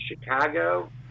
Chicago